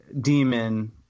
demon